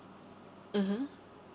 mmhmm